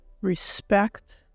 respect